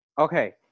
Okay